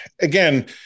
again